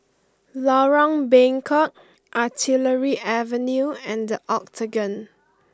Lorong Bengkok Artillery Avenue and The Octagon